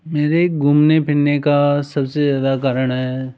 मेरे घूमने फ़िरने का सबसे ज़्यादा कारण है